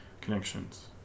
connections